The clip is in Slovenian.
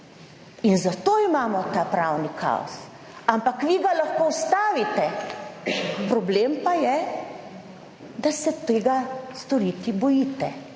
in zato imamo ta pravni kaos, ampak vi ga lahko ustavite, problem pa je, da se tega storiti bojite.